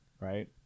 Right